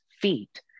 feet